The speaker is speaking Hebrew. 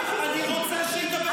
אני רוצה שידבר עברית.